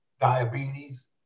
diabetes